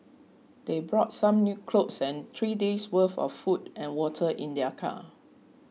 they brought some new clothes and three days worth of food and water in their car